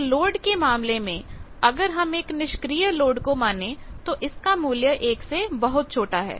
पर लोड के मामले में अगर हम एक निष्क्रिय लोड को माने तो इसका मूल्य 1 से बहुत छोटा है